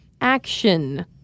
action